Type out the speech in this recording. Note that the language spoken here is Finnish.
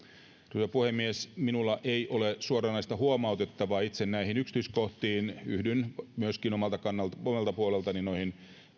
arvoisa puhemies minulla ei ole suoranaista huomautettavaa itse näihin yksityiskohtiin yhdyn myöskin omalta puoleltani noihin